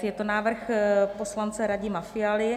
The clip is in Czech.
Je to návrh poslance Radima Fialy.